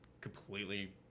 completely